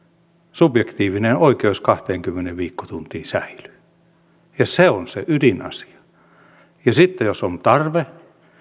subjektiivinen oikeus kahteenkymmeneen viikkotuntiin säilyy ja se on se ydinasia ja sitten jos on tarve